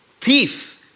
thief